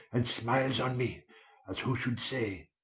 and smiles on me as who should say,